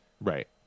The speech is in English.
Right